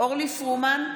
אורלי פרומן,